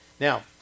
Now